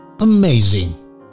Amazing